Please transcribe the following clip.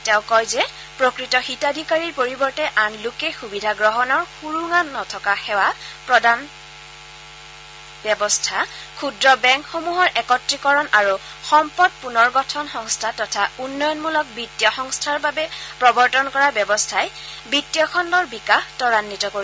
তেওঁ কয় যে প্ৰকৃত হিতাধিকাৰীৰ পৰিৱৰ্তে আন লোকে সুবিধা গ্ৰহণৰ সুৰুঙা নথকা সেৱা প্ৰদান ব্যৱস্থা ক্ষুদ্ৰ বেংকসমূহৰ একত্ৰিকৰণ আৰু সম্পদ পুনৰ গঠন সংস্থা তথা উন্নয়নমূলক বিত্তীয় সংস্থাৰ বাবে প্ৰৱৰ্তন কৰা ব্যৱস্থাই বিত্তীয় খণ্ডৰ বিকাশ ত্বৰাঘ্বিত কৰিব